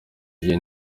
gihe